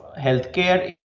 healthcare